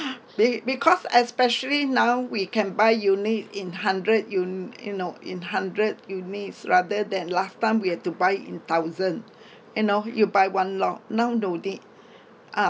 they because especially now we can buy unit in hundred un~ you know in hundred units rather than last time we had to buy in thousand eh no you buy one lot now no need ah